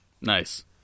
Nice